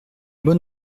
bon